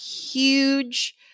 huge